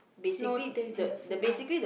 no taste in the food lah